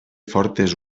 fortes